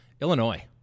Illinois